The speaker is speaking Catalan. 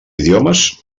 idiomes